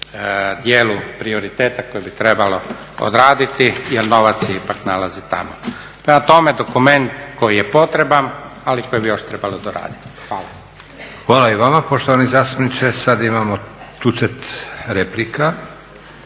dijelu prioriteta koje bi trebalo odraditi jer novac se ipak nalazi tamo. Prema tome, dokument koji je potreban ali koji bi još trebalo doraditi. Hvala. **Leko, Josip (SDP)** Hvala i vama poštovani zastupniče. Sada imamo tucet replika.